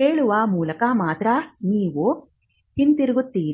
ಹೇಳುವ ಮೂಲಕ ಮಾತ್ರ ನೀವು ಹಿಂತಿರುಗುತ್ತೀರಿ